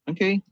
Okay